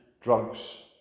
drugs